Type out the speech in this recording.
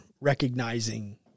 recognizing